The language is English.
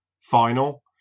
final